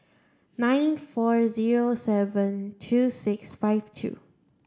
nine four zero seven two six five two